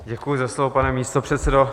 Děkuji za slovo, pane místopředsedo.